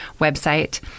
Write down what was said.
website